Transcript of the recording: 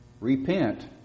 repent